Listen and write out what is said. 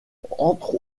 entre